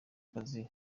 kazi